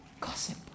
Gossip